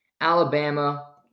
Alabama